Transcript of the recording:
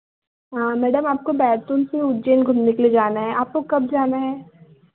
हाँ मेडम आपको बैतूल से उज्जैन घूमने के लिए जाना है आपको कब जाना है